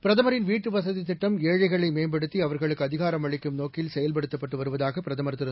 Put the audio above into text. பிரதமரின் வீட்டு வசதித் திட்டம் ஏழைகளை மேம்படுத்தி அவர்களுக்கு அதிகாரம் அளிக்கும் நோக்கில் செயல்படுத்தப்பட்டு வருவதாக பிரதமர் திரு